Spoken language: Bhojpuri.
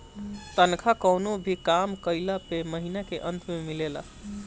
तनखा कवनो भी काम कइला पअ महिना के अंत में मिलेला